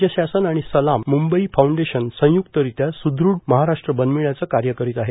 राज्य शासन आणि सलाम मुंबई फाउंडेशन संय्क्तरित्या स्दृढ महाराष्ट्र बनविण्याचं कार्य करित आहे